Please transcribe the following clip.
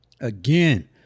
again